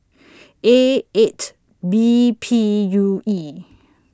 A eight B P U E